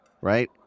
right